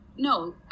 no